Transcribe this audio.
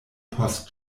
post